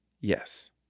Yes